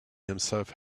himself